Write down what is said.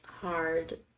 hard